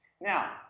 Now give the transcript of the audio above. Now